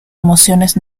emociones